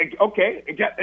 okay